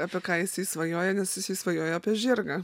apie ką jisai svajoja nes jisai svajoja apie žirgą